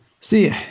See